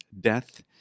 death